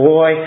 Boy